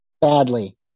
badly